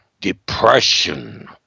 Depression